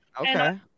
Okay